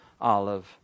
olive